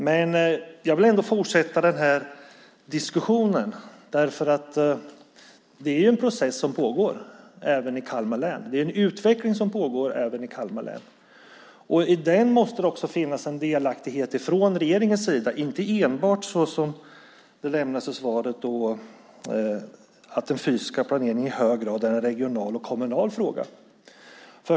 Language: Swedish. Men jag vill ändå fortsätta den här diskussionen, för det är ju en process som pågår även i Kalmar län. Det är en utveckling som pågår även i Kalmar län. I den måste det också finnas en delaktighet från regeringens sida. Det är inte enbart så, som sägs i svaret, att den fysiska planeringen i hög grad är en regional och kommunal fråga.